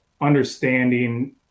understanding